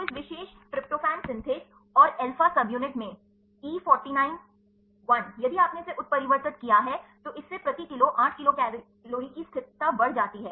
तो इस विशेष ट्रिप्टोफैन सिंथेज़ और अल्बा सबयूनिट में E 49 I यदि आपने इसे उत्परिवर्तित किया है तो इससे प्रति किलो 8 किलो कैलोरी की स्थिरता बढ़ जाती है